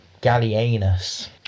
Gallienus